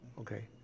Okay